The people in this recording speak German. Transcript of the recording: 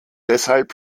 deshalb